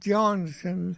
Johnson